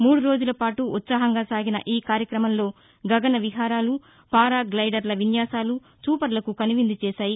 మూడు రోజులపాటు ఉత్సాహంగా సాగిన ఈ కార్యక్రమంలో గగన విహారాలు పారగ్జెడర్ల విన్యాసాలు చూపరులకు కనువిందు చేశాయి